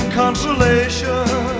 consolation